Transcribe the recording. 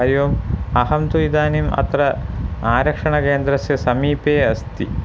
हरिः ओम् अहं तु इदानीम् अत्र आरक्षणकेन्द्रस्य समीपे अस्ति